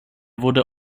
wurde